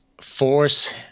force